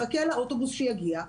מחכה לאוטובוס שיגיע,